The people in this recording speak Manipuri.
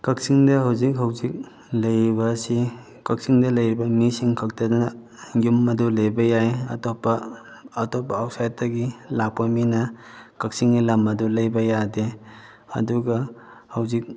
ꯀꯛꯆꯤꯡꯗ ꯍꯧꯖꯤꯛ ꯍꯧꯖꯤꯛ ꯂꯩꯔꯤꯕꯁꯤ ꯀꯛꯆꯤꯡꯗ ꯂꯩꯔꯤꯕ ꯃꯤꯁꯤꯡ ꯈꯛꯇꯅ ꯌꯨꯝ ꯑꯗꯨ ꯂꯩꯕ ꯌꯥꯏ ꯑꯇꯣꯞꯄ ꯑꯇꯣꯞꯄ ꯑꯥꯎꯠꯁꯥꯏꯠꯇꯒꯤ ꯂꯥꯛꯄ ꯃꯤꯅ ꯀꯛꯆꯤꯡꯒꯤ ꯂꯝ ꯑꯗꯨ ꯂꯩꯕ ꯌꯥꯗꯦ ꯑꯗꯨꯒ ꯍꯧꯖꯤꯛ